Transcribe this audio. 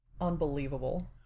Unbelievable